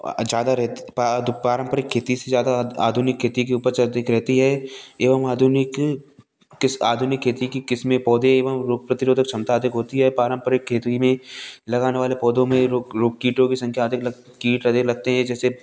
ज़्यादा रहत पारंपरिक खेती से ज़्यादा आधुनिक खेती के उपज अधिक रहती है एवं आधुनिक किस आधुनिक खेती की किस्में पौधे एवं रोग प्रतिरोधक क्षमता अधिक होती है पारंपरिक खेती में लगाने वाले पौधों में लोग लोग कीटों की संख्या कीट अधिक लगते हैं जैसे